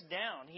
down